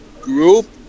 group